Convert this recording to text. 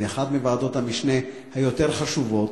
מאחת מוועדות המשנה היותר חשובות,